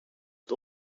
het